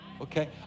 Okay